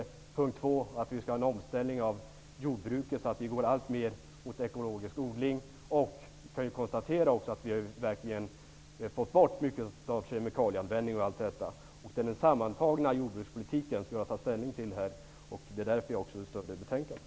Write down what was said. Den andra punkten är att vi skall ha en omställning av jordbruket så att vi går alltmer åt ekologisk odling. Vi kan konstatera att vi verkligen har fått bort mycket av kemikalieanvändningen. Det är den sammantagna jordbrukspolitiken som jag tar ställning till här. Det är därför jag stöder betänkandet.